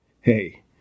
hey